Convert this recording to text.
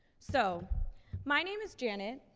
so my name is janet,